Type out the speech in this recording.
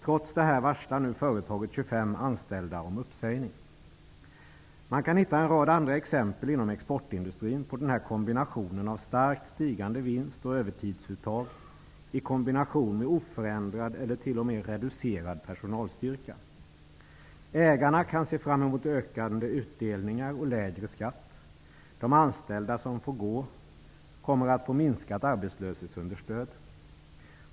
Trots detta, varslar nu företaget 25 Man kan hitta en rad andra exempel inom exportindustrin på denna kombination av en starkt stigande vinst och ett övertidsuttag med oförändrad eller t.o.m. reducerad personalstyrka. Ägarna kan se fram emot ökande utdelningar och lägre skatt. De anställda, som får gå, får minskat arbetslöshetsunderstöd.